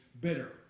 bitter